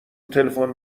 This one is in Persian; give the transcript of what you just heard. تلفن